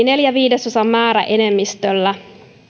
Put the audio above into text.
neljän viidesosan määräenemmistöllä